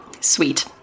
Sweet